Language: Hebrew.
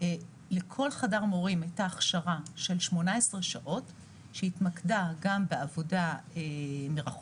לכל חדר מורים הייתה הכשרה של 18 שעות שהתמקדה גם בעבודה מרחוק,